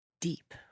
deep